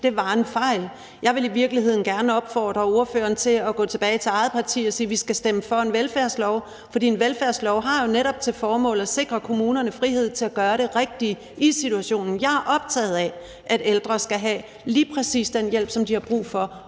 var en fejl. Jeg vil i virkeligheden gerne opfordre ordføreren til at gå tilbage til sit eget parti og sige, at vi skal stemme for en velfærdslov. For en velfærdslov har jo netop til formål at sikre kommunerne frihed til at gøre det rigtige i situationen. Jeg er optaget af, at ældre skal have lige præcis den hjælp, som de har brug for,